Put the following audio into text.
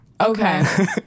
Okay